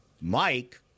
Mike